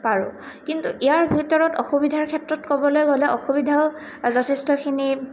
পাৰোঁ কিন্তু ইয়াৰ ভিতৰত অসুবিধাৰ ক্ষেত্ৰত ক'বলৈ গ'লে অসুবিধাও যথেষ্টখিনি